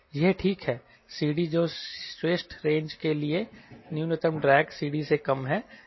यह ठीक है CD जो श्रेष्ठ रेंज के लिए है न्यूनतम ड्रैग CD से कम है